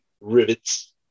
rivets